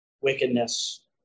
wickedness